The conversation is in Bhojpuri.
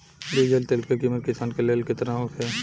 डीजल तेल के किमत किसान के लेल केतना होखे?